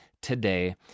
today